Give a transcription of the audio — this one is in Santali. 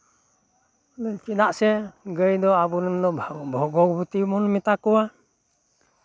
ᱪᱮᱫᱟᱜ ᱥᱮ ᱜᱟᱹᱭ ᱫᱚ ᱟᱵᱚ ᱨᱮᱱ ᱫᱚ ᱵᱷᱚᱜᱚᱵᱚᱛᱤ ᱵᱚᱱ ᱢᱮᱛᱟ ᱠᱚᱣᱟ